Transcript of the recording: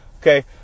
Okay